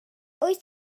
wyt